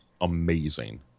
amazing